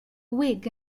whig